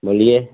बोलिए